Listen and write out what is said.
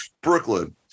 Brooklyn